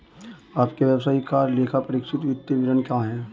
आपके व्यवसाय का लेखापरीक्षित वित्तीय विवरण कहाँ है?